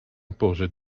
impose